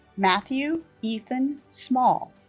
matthew ethan small